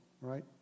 right